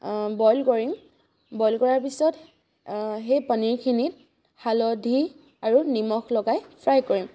boil কৰিম boil কৰাৰ পিছত সেই পনীৰখিনি হালধি আৰু নিমখ লগাই ফ্ৰাই কৰিম